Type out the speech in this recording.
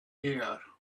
air